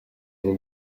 ont